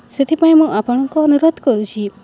ସେଥିପାଇଁ ମୁଁ ଆପଣଙ୍କୁ ଅନୁରୋଧ କରୁଛି